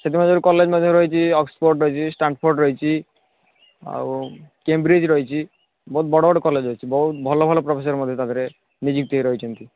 ସେଥିମଧ୍ୟରୁ କଲେଜ୍ ମଧ୍ୟରେ ରହିଛି ଅକ୍ସଫୋର୍ଡ଼୍ ରହିଛି ଷ୍ଟାଣ୍ଡଫୋର୍ଡ଼୍ ରହିଛି ଆଉ କେମ୍ୱ୍ରିଜ୍ ରହିଛି ବହୁତ ବଡ଼ ବଡ଼ କଲେଜ୍ ଅଛି ବହୁତ ଭଲ ଭଲ ପ୍ରଫେସର୍ ମଧ୍ୟ ସେଥିରେ ନିଯୁକ୍ତି ହୋଇରହିଛନ୍ତି